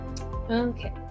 Okay